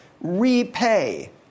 repay